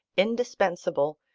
indispensable,